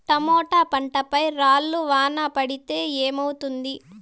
Tomato పంట పై రాళ్లు వాన పడితే ఏమవుతుంది?